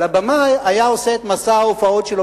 אבל הבמאי היה עושה את מסע ההופעות שלו